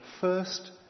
first